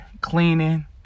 cleaning